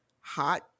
hot